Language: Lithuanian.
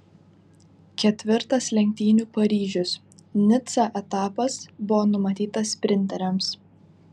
ketvirtas lenktynių paryžius nica etapas buvo numatytas sprinteriams